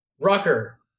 Rucker